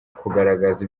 kugaragaza